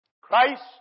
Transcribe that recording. Christ